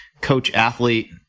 coach-athlete